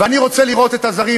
ואני רוצה לראות את הזרים,